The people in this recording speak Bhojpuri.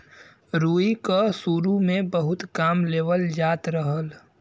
रुई क सुरु में बहुत काम में लेवल जात रहल